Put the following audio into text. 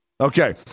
Okay